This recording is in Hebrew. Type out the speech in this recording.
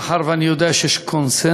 מאחר שאני יודע שיש קונסנזוס